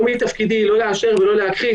לא מתפקידי לא לאשר ולא להכחיש.